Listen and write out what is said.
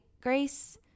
Grace